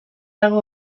dago